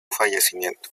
fallecimiento